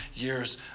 years